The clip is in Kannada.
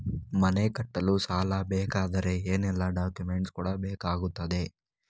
ಮನೆ ಕಟ್ಟಲು ಸಾಲ ಸಿಗಬೇಕಾದರೆ ಏನೆಲ್ಲಾ ಡಾಕ್ಯುಮೆಂಟ್ಸ್ ಕೊಡಬೇಕಾಗುತ್ತದೆ?